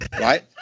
Right